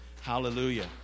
Hallelujah